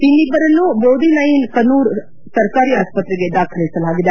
ಇನ್ನಿಬ್ಬರನ್ನು ದೋದಿನೈಕನೂರ್ ಸರ್ಕಾರಿ ಆಸ್ಪತ್ರೆಗೆ ದಾಖಲಿಸಲಾಗಿದೆ